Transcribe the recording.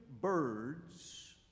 birds